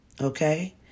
Okay